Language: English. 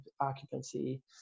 occupancy